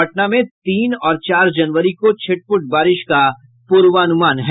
पटना में तीन और चार जनवरी को छिटपुट बारिश का पूर्वानुमान है